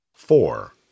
four